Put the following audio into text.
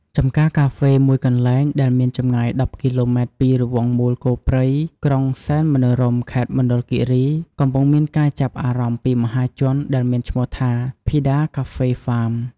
ចម្ការកាហ្វេមួយកន្លែងដែលមានចម្ងាយ១០គីឡូម៉ែត្រពីរង្វង់មូលគោព្រៃ ក្រុងសែនមនោរម្យ ខេត្តមណ្ឌលគិរី កំពុងមានការចាប់អារម្មណ៍ពីមហាជន ដែលមានឈ្មោះថា ភីដាកាហ្វេហ្វាម។